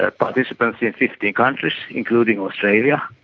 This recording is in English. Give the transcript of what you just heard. ah participants in fifteen countries, including australia,